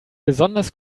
besonders